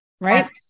right